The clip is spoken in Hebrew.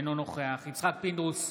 אינו נוכח יצחק פינדרוס,